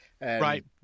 right